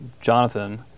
Jonathan